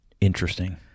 Interesting